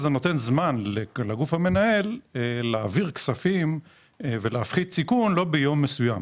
זה נותן זמן לגוף המנהל להעביר כספים ולהפחית סיכון לא ביום מסוים.